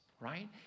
right